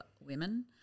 women